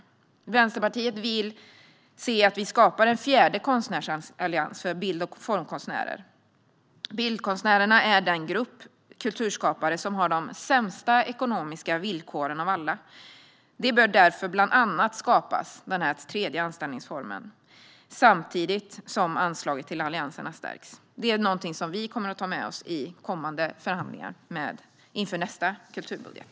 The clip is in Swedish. Vi i Vänsterpartiet vill att det skapas en fjärde konstnärsallians för bild och formkonstnärer. Bildkonstnärerna är den grupp kulturskapare som har de sämsta ekonomiska villkoren av alla. Därför bör bland annat denna tredje anställningsform skapas samtidigt som anslaget till allianserna stärks. Det är något vi kommer att ta med oss i kommande förhandlingar inför nästa kulturbudget.